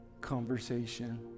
conversation